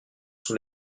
sous